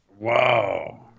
Wow